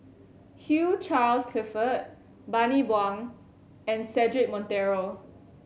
Hugh Charles Clifford Bani Buang and Cedric Monteiro